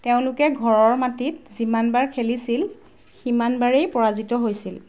তেওঁলোকে ঘৰৰ মাটিত যিমানবাৰ খেলিছিল সিমানবাৰেই পৰাজিত হৈছিল